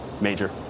Major